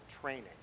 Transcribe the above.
training